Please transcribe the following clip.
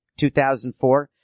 2004